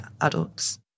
adults